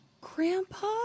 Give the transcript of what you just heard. Grandpa